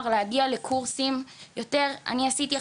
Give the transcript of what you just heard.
ולהגדיל את